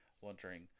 wondering